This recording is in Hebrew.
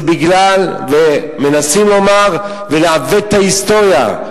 ומנסים לעוות את ההיסטוריה,